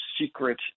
secret